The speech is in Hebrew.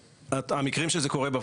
המקרים שבהם זה קורה,